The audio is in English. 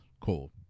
Cool